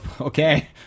okay